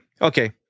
Okay